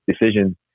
decision